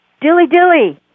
Dilly-dilly